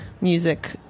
music